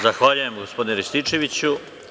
Zahvaljujem gospodine Rističeviću.